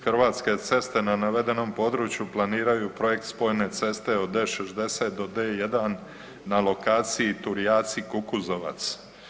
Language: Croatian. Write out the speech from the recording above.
Hrvatske ceste na navedenom području planiraju projekt spojne ceste od D60 do D1 na lokaciji Turjaci-Kukuzovac.